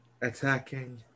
attacking